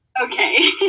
Okay